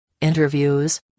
interviews